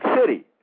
City